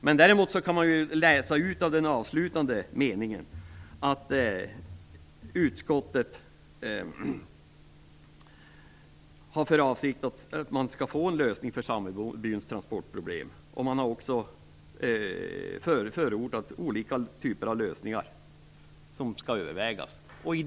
Men av den avslutande meningen kan man ändå utläsa att det är utskottets avsikt att man skall få till stånd en lösning av samebyns transportproblem. Man förordar också olika typer av lösningar, som skall övervägas.